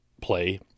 Play